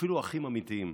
אפילו אחים אמיתיים,